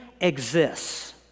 exists